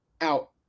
out